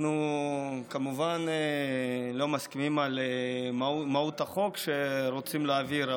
אנחנו כמובן לא מסכימים על מהות החוק שרוצים להעביר,